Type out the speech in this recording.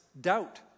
doubt